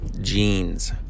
jeans